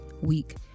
week